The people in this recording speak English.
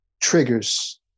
triggers